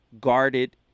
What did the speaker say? guarded